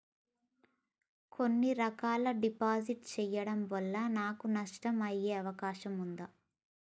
కొన్ని రకాల డిపాజిట్ చెయ్యడం వల్ల నాకు నష్టం అయ్యే అవకాశం ఉంటదా?